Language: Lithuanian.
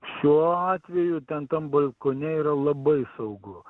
šiuo atveju ten tam balkone yra labai saugu